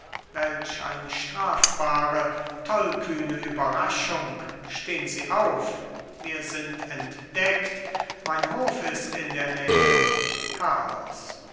welch eine strafbare tollkühne überraschung stehn sie auf wir sind entdeckt mein hof ist in der nähe carlos